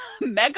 Mega